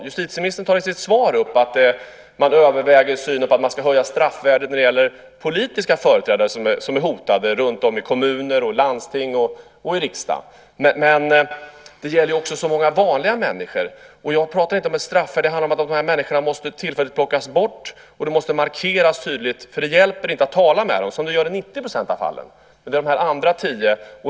Justitieministern tar i sitt svar upp att man överväger att höja straffvärdet när det gäller politiska företrädare som är hotade runtom i kommuner och landsting och i riksdagen, men det gäller ju många vanliga människor också. Och jag pratar inte om straffvärde; det handlar om att de här människorna tillfälligt måste plockas bort. Det måste markeras tydligt. Det hjälper ju inte att tala med dem, som det gör i 90 % av fallen. Det är de andra 10 det handlar om.